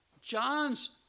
John's